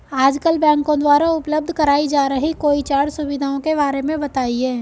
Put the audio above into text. आजकल बैंकों द्वारा उपलब्ध कराई जा रही कोई चार सुविधाओं के बारे में बताइए?